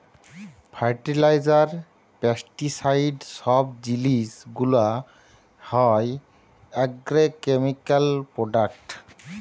fertiliser, pesticide সব জিলিস গুলা হ্যয় আগ্রকেমিকাল প্রোডাক্ট